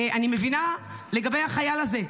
אני מבינה לגבי החייל הזה,